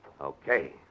Okay